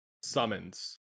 summons